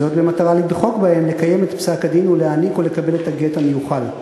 במטרה לדחוק בהם לקיים את פסק-הדין ולתת או לקבל את הגט המיוחל.